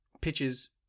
pitches